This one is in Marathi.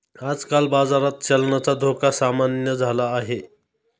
आजकाल बाजारात चलनाचा धोका सामान्य झाला आहे